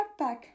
backpack